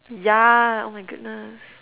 yeah oh my goodness